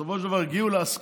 בסופו של דבר הגיעו להסכמות